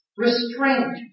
Restraint